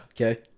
Okay